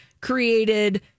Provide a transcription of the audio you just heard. created